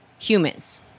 humans